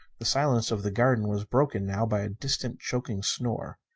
the silence of the garden was broken now by a distant, choking snore.